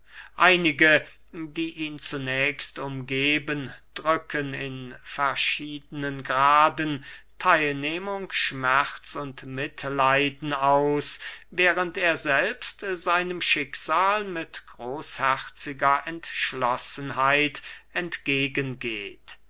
einige die ihn zunächst umgeben drücken in verschiedenen graden theilnehmung schmerz und mitleiden aus während er selbst seinem schicksal mit großherziger entschlossenheit entgegen geht